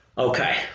Okay